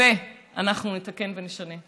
אנחנו נתקן ונשנה.